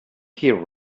here